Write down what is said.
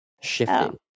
shifting